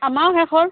আমাৰো শেষ হ'ল